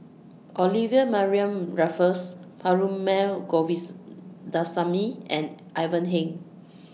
Olivia Mariamne Raffles Perumal and Ivan Heng